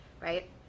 right